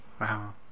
wow